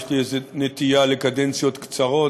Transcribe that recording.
יש לי איזו נטייה לקדנציות קצרות.